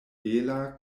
bela